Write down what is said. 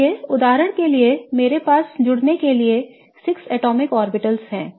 इसलिए उदाहरण के लिए मेरे पास जुड़ने के लिए 6 atomic orbitals हैं